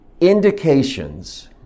indications